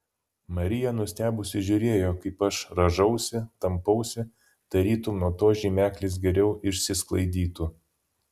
marija nustebusi žiūrėjo kaip aš rąžausi tampausi tarytum nuo to žymeklis geriau išsisklaidytų